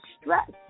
stress